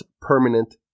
permanent